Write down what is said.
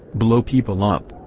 blow people up,